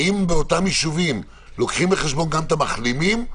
האם באותם יישובים לוקחים בחשבון גם את המחלימים,